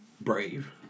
Brave